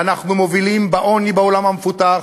ואנחנו מובילים בעוני בעולם המפותח,